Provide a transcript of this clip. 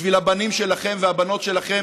בשביל הבנים שלכן והבנות שלכן,